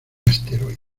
asteroides